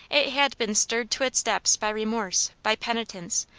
it had been stirred to its depths by remorse, by penitence,